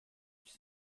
psst